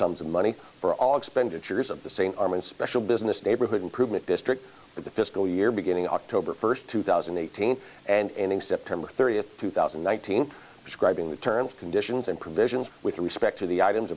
sums of money for all expenditures of the same arm and special business neighborhood improvement district that the fiscal year beginning october first two thousand and eighteen and ending september thirtieth two thousand and nineteen describing the terms conditions and provisions with respect to the items